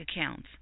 accounts